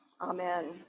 Amen